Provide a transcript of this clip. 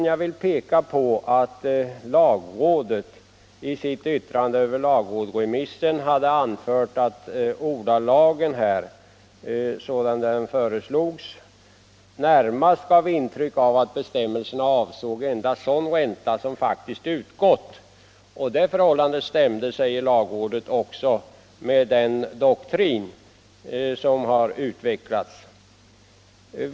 Jag vill emellertid peka på att lagrådet i sitt yttrande över lagrådsremissen anförde att ordalagen i propositionens förslag närmast gav intryck av att bestämmelserna avsåg endast sådan ränta som faktiskt utgått. Det förhållandet stämde också, sade lagrådet, med den doktrin som utvecklats.